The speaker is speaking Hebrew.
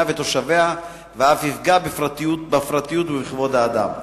ותושביה ואף יפגע בפרטיות ובכבוד האדם.